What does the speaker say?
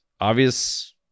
obvious